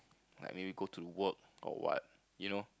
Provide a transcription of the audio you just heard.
like maybe go to work or what you know